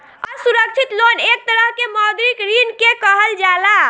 असुरक्षित लोन एक तरह के मौद्रिक ऋण के कहल जाला